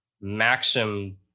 Maxim